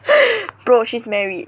bro she's married